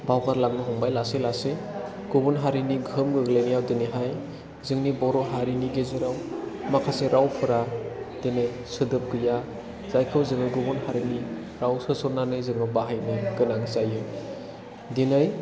बावगारलांनो हमबाय लासै लासै गुबुन हारिनि गोहोम गोग्लैनायाव दिनै जोंनि बर' हारिनि गेजेराव माखासे रावफोरा दिनै सोदोब गैया जायखौ जोङो गुबुन हारिनि राव सोस'न्नानै जोङो बाहायनो गोनां जायो दिनै